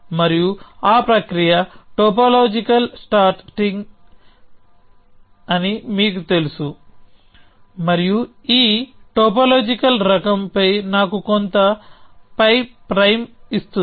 మరియు ఆ ప్రక్రియ టోపోలాజికల్ సార్టింగ్ అని మీకు తెలుసు మరియు ఈ టోపోలాజికల్ రకం పై నాకు కొంత π' ఇస్తుంది